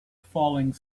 falling